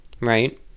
right